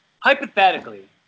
hypothetically